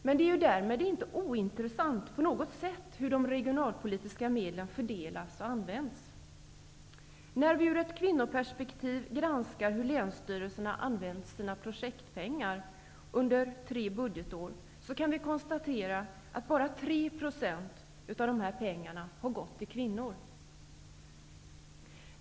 Men det är därmed inte på något sätt ointressant hur de regionalpolitiska medlen fördelas och används. När vi i ett kvinnoperspektiv granskar hur länsstyrelserna använt sina projektpengar under tre budgetår kan vi konstatera att bara 3 % av pengarna har gått till åtgärder för kvinnor.